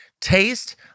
taste